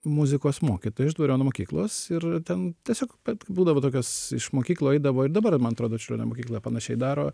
muzikos mokytoja iš dvariono mokyklos ir ten tiesiog būdavo tokios iš mokyklų eidavo ir dabar man atrodo čiurlionio mokykloje panašiai daro